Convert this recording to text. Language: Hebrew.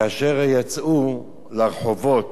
כאשר יצאו לרחובות,